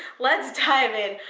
let's dive in.